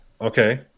Okay